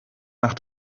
nach